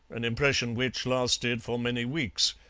an impression which lasted for many weeks,